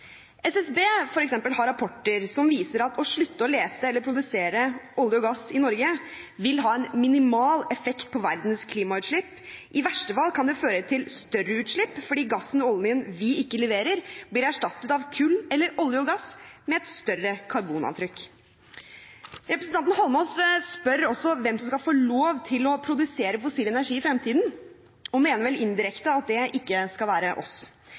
SSB, f.eks., har rapporter som viser at å slutte å lete etter eller produsere olje og gass i Norge vil ha en minimal effekt på verdens klimautslipp. I verste fall kan det føre til større utslipp fordi gassen og oljen vi ikke leverer, blir erstattet av kull eller olje og gass med et større karbonavtrykk. Representanten Eidsvoll Holmås spør også hvem som skal få lov til å produsere fossil energi i fremtiden, og mener vel indirekte at det ikke skal være oss.